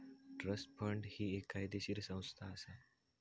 trust fund ही एक कायदेशीर संस्था असा